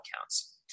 accounts